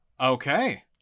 Okay